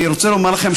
אני רוצה לומר לכם,